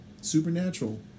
Supernatural